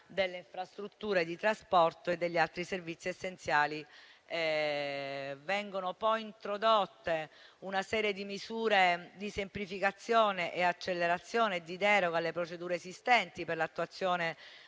delle infrastrutture di trasporto e degli altri servizi essenziali. Vengono poi introdotte una serie di misure di semplificazione, accelerazione e deroga alle procedure esistenti per l'attuazione